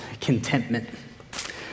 contentment